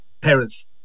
parents